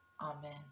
Amen